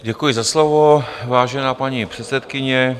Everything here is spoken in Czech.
Děkuji za slovo, vážená paní předsedkyně.